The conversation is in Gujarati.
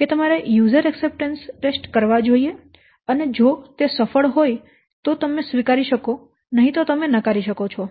કે તમારે યુઝર એકસપટન્સ ટેસ્ટ કરવા જોઈએ અને જો તે સફળ હોય તો તમે સ્વીકારી શકો નહીં તો તમે નકારી શકો છો